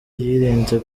yirinze